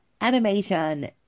Animation